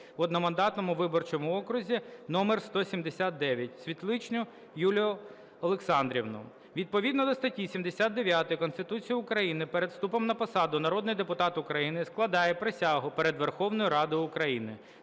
в одномандатному виборчому окрузі номер 179, Світличну Юлію Олександрівну. Відповідно до статті 79 Конституції України перед вступом на посаду народний депутат України складає присягу перед Верховною Радою України.